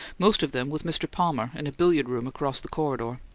most of them with mr. palmer in a billiard-room across the corridor.